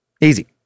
easy